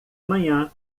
manhã